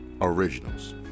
originals